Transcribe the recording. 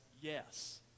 yes